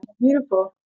beautiful